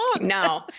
no